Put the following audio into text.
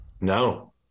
no